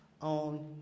on